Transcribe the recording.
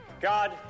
god